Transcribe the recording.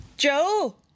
Joe